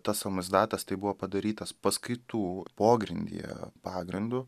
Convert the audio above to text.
tas somisdatas tai buvo padarytas paskaitų pogrindyje pagrindu